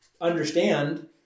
understand